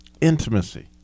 Intimacy